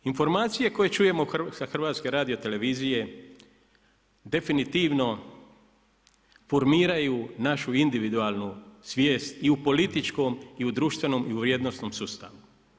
Informacije koje čujemo sa Hrvatske radiotelevizije definitivno formiraju našu individualnu svijest i u političkom i u društvenom i u vrijednosnom sustavu.